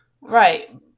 Right